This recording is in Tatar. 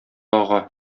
ага